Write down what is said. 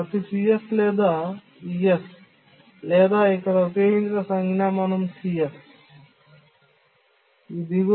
ప్రతి cs లేదా es లేదా ఇక్కడ ఉపయోగించిన సంజ్ఞామానం cs